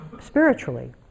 spiritually